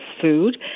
food